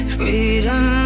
Freedom